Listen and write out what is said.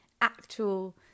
actual